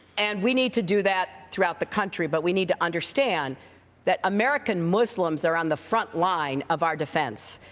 and we need to do that throughout the country. but we need to understand that american muslims are on the front line of our defense.